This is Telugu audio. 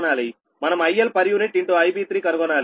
మనం IL IB3 కనుగొనాలి